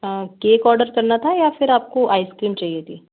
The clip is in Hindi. केक ऑर्डर करना था या फिर आपको आइसक्रीम चाहिए थी